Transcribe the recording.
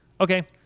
Okay